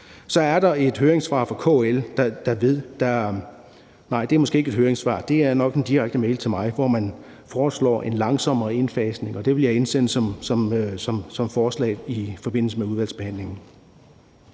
måske ikke et høringssvar, det er nok en direkte mail til mig, hvor man foreslår en langsommere indfasning, og det vil jeg indsende som forslag i forbindelse med udvalgsbehandlingen.